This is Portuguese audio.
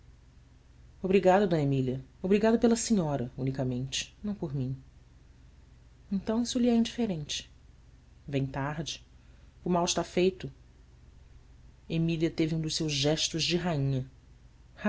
obrigado d emília obrigado pela senhora unicamente não por mim ntão isso lhe é indiferente em tarde o mal está feito emília teve um dos seus gestos de rainha